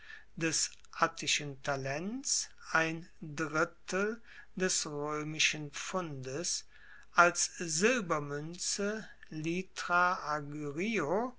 des attischen talents ein drittel des roemischen pfundes als silbermuenze